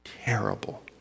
Terrible